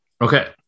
Okay